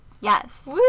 Yes